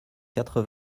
quatre